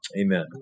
Amen